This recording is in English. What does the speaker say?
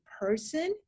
person